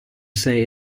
say